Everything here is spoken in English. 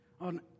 on